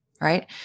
right